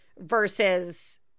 versus